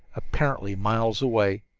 apparently miles away.